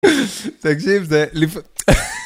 תקשיב זה...